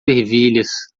ervilhas